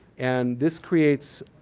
and this creates,